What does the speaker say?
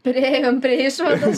priėjom prie išvados